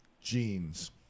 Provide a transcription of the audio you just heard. jeans